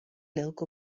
lilk